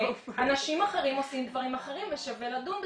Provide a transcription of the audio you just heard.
אנשים אחרים עושים דברים אחרים ושווה לדון בזה.